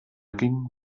ging